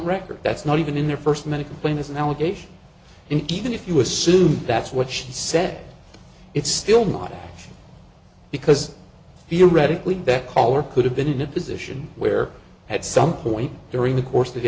record that's not even in the first many complain is an allegation and even if you assume that's what she said it's still not because he already that color could have been in a position where at some point during the course of